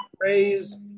praise